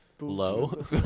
low